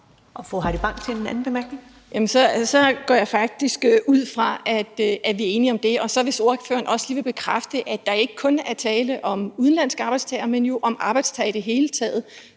14:33 Heidi Bank (V): Så går jeg faktisk ud fra, at vi er enige om det. Og vil ordføreren også lige bekræfte, at der ikke kun er tale om udenlandske arbejdstagere, men jo om arbejdstagere i det hele taget,